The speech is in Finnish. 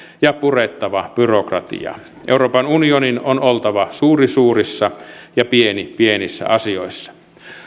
ja purettava byrokratiaa euroopan unionin on oltava suuri suurissa ja pieni pienissä asioissa